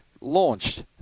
launched